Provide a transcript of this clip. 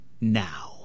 now